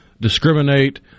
discriminate